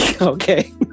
Okay